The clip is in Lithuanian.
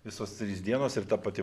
visos trys dienos ir ta pati